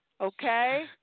Okay